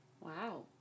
Wow